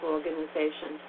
Organization